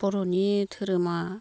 बर'नि धोरोमा